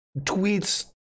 tweets